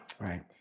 Right